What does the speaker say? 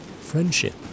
Friendship